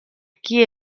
qui